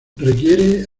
requiere